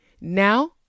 Now